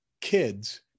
kids